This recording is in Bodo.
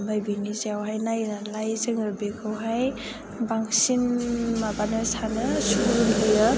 ओमफ्राय बिनि सायावहाय नायनानै लायो जों बिखौहाय बांसिन माबानो सानो सुबुरुन होयो